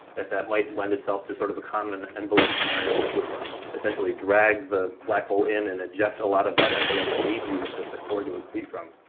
if that might lend itself to sort of a common envelope scenario, which would essentially drag the black hole in and eject a lot of that envelope and leave you with just a core to accrete from.